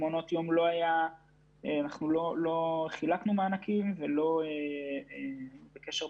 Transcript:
אנחנו לא חילקנו מענקים ואין לנו קשר.